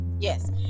Yes